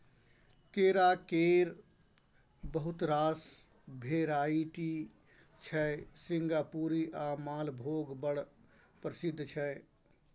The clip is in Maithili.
केरा केर बहुत रास भेराइटी छै सिंगापुरी आ मालभोग बड़ प्रसिद्ध छै